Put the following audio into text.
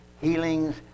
healings